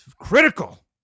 critical